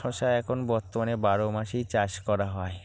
শশা এখন বর্তমানে বারো মাসই চাষ করা হয়